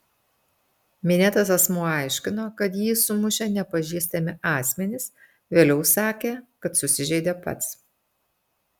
minėtas asmuo aiškino kad jį sumušė nepažįstami asmenys vėliau sakė kad susižeidė pats